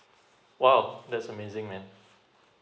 !wow! that's amazing man